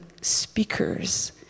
speakers